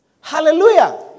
Hallelujah